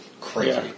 Crazy